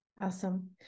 Awesome